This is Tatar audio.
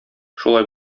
шулай